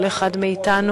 כל אחד מאתנו,